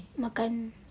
makan